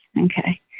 Okay